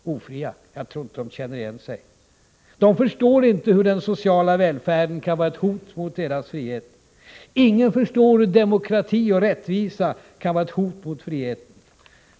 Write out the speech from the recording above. Jag tror inte att människorna känner igen sig. De förstår inte hur den sociala välfärden kan vara ett hot mot friheten.